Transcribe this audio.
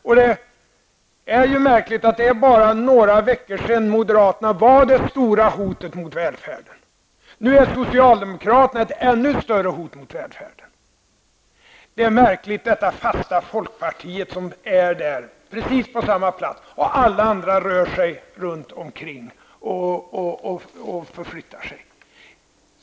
Det är märkligt att moderaterna för bara några veckor sedan var det stora hotet mot välfärden. Nu är socialdemokraterna ett ännu större hot mot välfärden. Det är något märkligt med detta fasta folkparti som befinner sig på precis samma plats medan alla andra rör sig runt omkring.